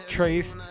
Trace